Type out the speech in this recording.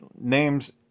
names